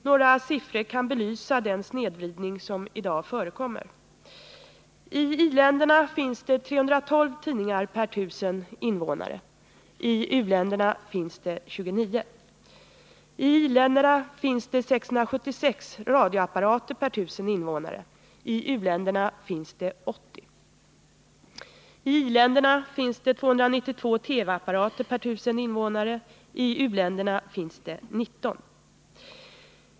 Några siffror kan belysa den snedvridning som i dag förekommer: I i-länderna finns det 312 tidningar per 1 000 invånare — i u-länderna finns det 29. Ti-länderna finns det 676 radioapparater per 1 000 invånare — i u-länderna finns det 80. IT i-länderna finns det 292 TV-apparater per 1 000 invånare — i u-länderna finns det 19.